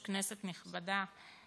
כנסת נכבדה,